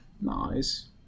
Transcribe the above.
Nice